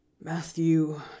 Matthew